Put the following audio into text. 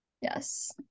Yes